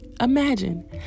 Imagine